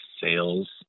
sales